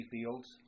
Fields